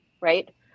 right